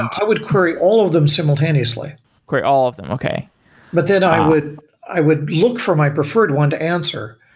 i would query all of them simultaneously query all of them. okay but then i would i would look for my preferred one to answer.